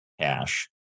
cash